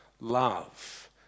love